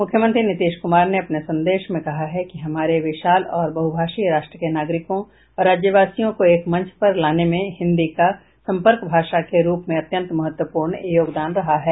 मुख्यमंत्री नीतीश कुमार ने अपने संदेश में कहा है कि हमारे विशाल और बहुभाषी राष्ट्र के नागरिकों और राज्यवासियों को एक मंच पर लाने में हिन्दी का संपर्क भाषा के रूप में अत्यंत महत्वपूर्ण योगदान रहा है